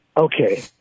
okay